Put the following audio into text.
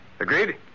Agreed